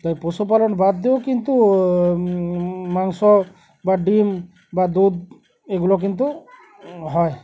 তাই পশুপালন বাদ দিয়েও কিন্তু মাংস বা ডিম বা দুধ এগুলো কিন্তু হয়